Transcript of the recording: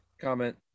comment